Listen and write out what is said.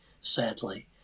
sadly